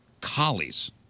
Collies